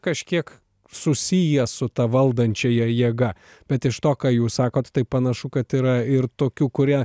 kažkiek susijęs su ta valdančiąja jėga bet iš to ką jūs sakot tai panašu kad yra ir tokių kurie